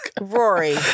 Rory